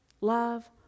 love